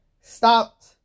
stopped